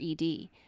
ED